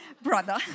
brother